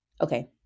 okay